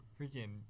freaking